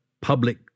public